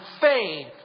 faith